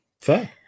Fair